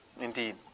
indeed